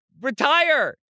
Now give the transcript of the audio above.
Retire